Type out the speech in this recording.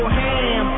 ham